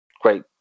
great